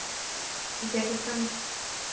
Jatashankar